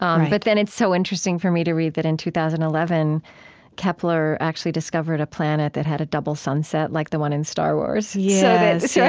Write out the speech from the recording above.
um but then it's so interesting for me to read that in two thousand and eleven kepler actually discovered a planet that had a double sunset like the one in star wars yes, yeah